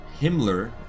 Himmler